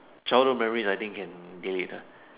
childhood memories I think can delete ah